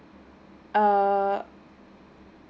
err